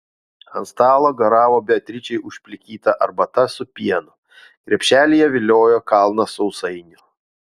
ant stalo garavo beatričei užplikyta arbata su pienu krepšelyje viliojo kalnas sausainių